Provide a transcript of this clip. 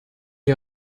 est